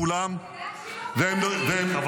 כולם -- תדאג